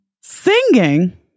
Singing